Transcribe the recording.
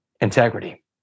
Integrity